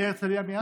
להרצליה מייד?